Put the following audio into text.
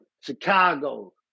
Chicago